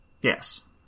Yes